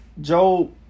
Joe